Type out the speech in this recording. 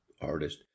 artist